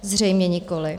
Zřejmě nikoliv.